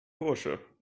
bursche